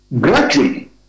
Gradually